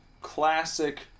Classic